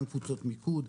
גם קבוצות מיקוד,